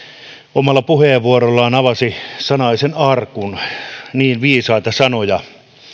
omalla puheenvuorollaan avasi sanaisen arkun niin viisaita sanoja